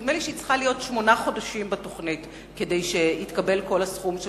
נדמה לי שהיא צריכה להיות שמונה חודשים בתוכנית כדי שיתקבל כל הסכום של